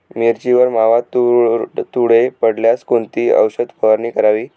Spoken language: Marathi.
मिरचीवर मावा, तुडतुडे पडल्यास कोणती औषध फवारणी करावी?